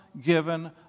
given